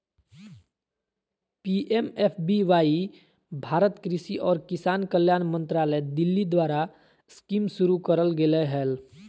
PMFBY Bharat कृषि और किसान कल्याण मंत्रालय दिल्ली द्वारास्कीमशुरू करल गेलय हल